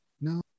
No